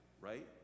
right